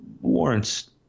warrants